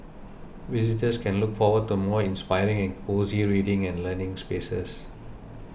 visitors can look forward to more inspiring and cosy reading and learning spaces